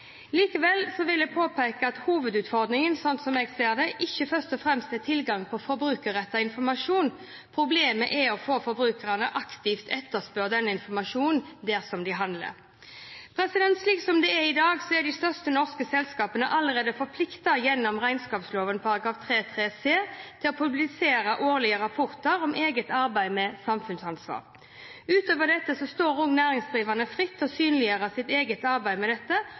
Likevel vil jeg påpeke at hovedutfordringen, slik jeg ser det, ikke først og fremst er tilgangen til forbrukerrettet informasjon. Problemet er at for få forbrukere aktivt etterspør denne informasjonen der de handler. Slik det er i dag, er de største norske selskapene allerede forpliktet gjennom regnskapsloven § 3-3 c til å publisere årlige rapporter om eget arbeid med samfunnsansvar. Utover dette står næringsdrivende fritt til å synliggjøre sitt eget arbeid med dette